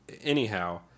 anyhow